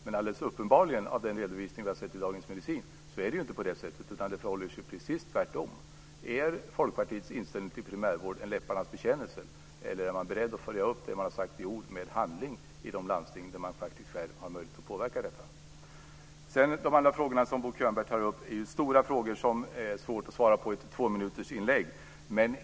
Men alldeles uppenbart är det inte på det viset att döma av den redovisning vi har sett i Dagens Medicin, utan det förhåller sig precis tvärtom. Är Folkpartiets inställning till primärvård en läpparnas bekännelse eller är man beredd att följa upp det man har sagt i ord med handling i de landsting där man faktiskt själv har möjlighet att påverka? Sedan får jag säga att det som Bo Könberg tar upp är stora frågor som det är svårt att svara på i ett tvåminutersinlägg.